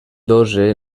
dotze